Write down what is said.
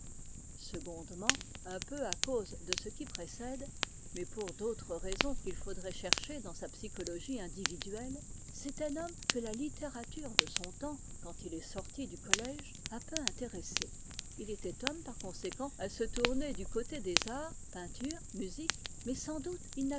secondement un peu à cause de ce qui précède mais pour d'autres raisons qu'il faudrait chercher dans sa psychologie individuelle c'est un homme que la littérature de son temps quand il est sorti du collège a peu intéressé il était homme par conséquent à se tourner du côté des arts peinture musique mais sans doute